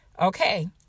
Okay